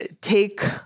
take